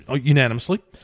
unanimously